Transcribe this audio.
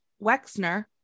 Wexner